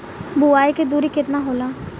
बुआई के दूरी केतना होला?